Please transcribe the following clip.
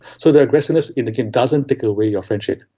so their aggressiveness in the game doesn't take away your friendship.